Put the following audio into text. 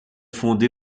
fondée